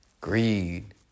greed